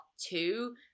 two